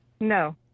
No